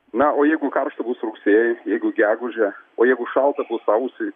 na o jeigu karšta bus rugsėjį jeigu gegužę o jeigu šalta bus sausį